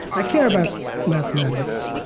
i care about mathematics.